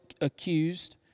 accused